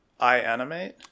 iAnimate